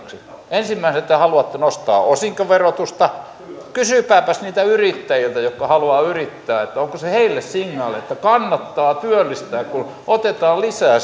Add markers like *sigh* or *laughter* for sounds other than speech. ensimmäisenä te haluatte nostaa osinkoverotusta kysykääpäs niiltä yrittäjiltä jotka haluavat yrittää onko se heille signaali että kannattaa työllistää kun otetaan lisää *unintelligible*